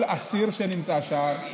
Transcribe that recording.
זה כל אסיר שנמצא שם.